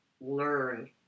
learn